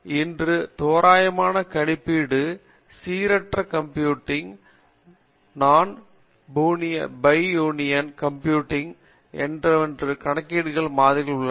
இன்று தோராயமான கணிப்பீடு சீரற்ற கம்ப்யூட்டிங் நான் புனின் கம்ப்யூட்டிங் எனவெவ்வேறு கணக்கீட்டு மாதிரிகள் உள்ளன